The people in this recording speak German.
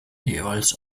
jeweils